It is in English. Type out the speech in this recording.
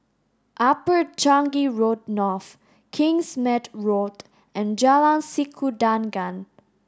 Upper Changi Road North Kingsmead Road and Jalan Sikudangan